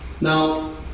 Now